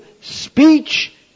Speech